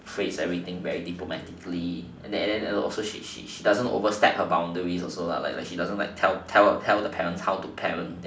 phrase everything very diplomatically and then she also doesn't over step her boundary also lah she also doesn't tell the parent how to parent